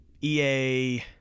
EA